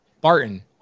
Barton